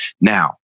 Now